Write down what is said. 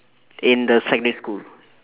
in the secondary school